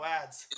ads